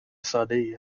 سادهای